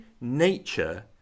nature